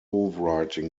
writing